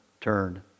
turn